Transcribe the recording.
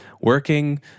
working